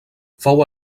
fou